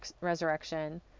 resurrection